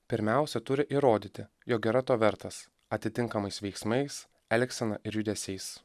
pirmiausia turi įrodyti jog yra to vertas atitinkamais veiksmais elgsena ir judesiais